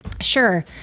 Sure